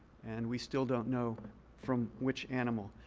and we still don't know from which animal.